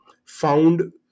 found